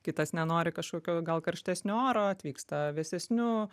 kitas nenori kažkokio gal karštesnio oro atvyksta vėsesniu